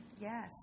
Yes